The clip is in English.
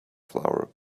flower